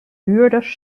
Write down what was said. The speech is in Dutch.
huurders